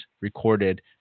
recorded